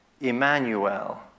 Emmanuel